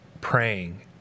praying